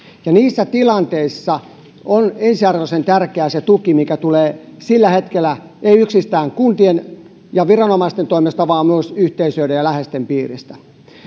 ja niissä tilanteissa on ensiarvoisen tärkeä se tuki mikä tulee sillä hetkellä ei yksistään kuntien ja viranomaisten toimesta vaan myös yhteisöjen ja läheisten piiristä